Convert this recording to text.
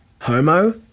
homo